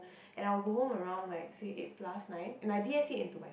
and I will go home around like six eight plus night and I D_S_A into mine